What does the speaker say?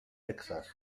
texas